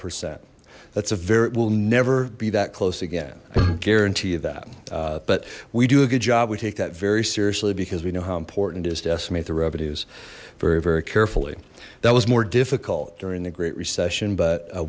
percent that's a very will never be that close again i can guarantee that but we do a good job we take that very seriously because we know how important it is to estimate the revenues very very carefully that was more difficult during the great recession but